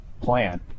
plan